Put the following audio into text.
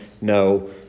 no